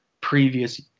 previous